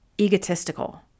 egotistical